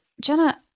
Jenna